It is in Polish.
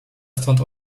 stąd